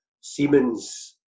Siemens